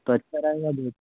तो अच्छा रहेगा भईया